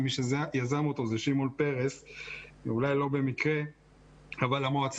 זה אולי מסביר חלק ממה